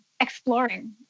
exploring